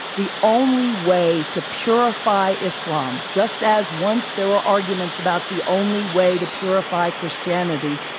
the only way to purify islam, just as once there were arguments about the only way to purify christianity,